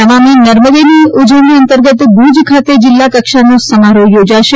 નમામિ નર્મદેની ઉજવણી અંતર્ગત ભૂજ ખાતે જિલ્લાકક્ષાનો સમારોહ યોજાશે